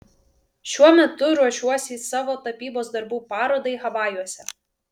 šiuo metu ruošiuosi savo tapybos darbų parodai havajuose